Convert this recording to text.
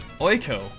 Oiko